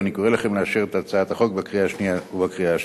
ואני קורא לכם לאשר את הצעת החוק בקריאה השנייה ובקריאה השלישית.